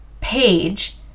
page